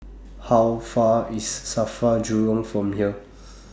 How Far IS SAFRA Jurong from here